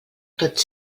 tots